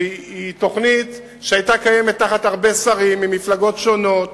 שהיא תוכנית שהיתה קיימת תחת הרבה שרים ממפלגות שונות,